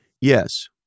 Yes